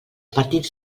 partits